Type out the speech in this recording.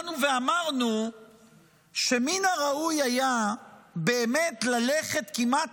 באנו ואמרנו שמן הראוי היה באמת ללכת כמעט